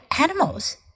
animals